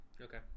okay